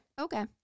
Okay